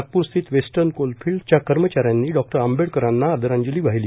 नागपूरस्थित Western Coalfields च्या कर्मचा यांनी डॉ आंबेडकरांना आदरांजली वाहिली